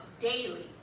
daily